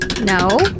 No